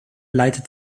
leitet